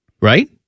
Right